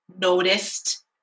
noticed